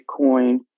Bitcoin